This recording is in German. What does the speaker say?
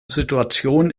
situation